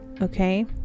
okay